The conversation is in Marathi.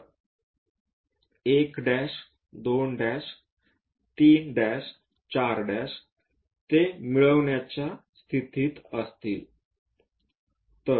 तर 1 2 3 4 ते मिळविण्याच्या स्थितीत असतील